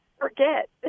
forget